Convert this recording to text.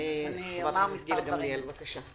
חברת הכנסת גילה גמליאל, בבקשה.